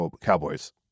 Cowboys